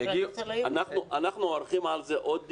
הגיעו --- אנחנו עורכים על זה עוד דיון?